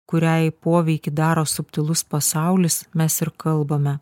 kuriai poveikį daro subtilus pasaulis mes ir kalbame